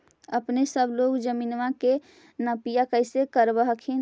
अपने सब लोग जमीनमा के नपीया कैसे करब हखिन?